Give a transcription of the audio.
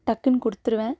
டக்குன்னு கொடுத்துருவேன்